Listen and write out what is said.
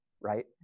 right